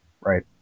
Right